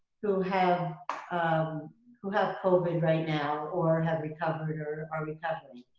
who have um who have covid right now or have recovered or are recovering.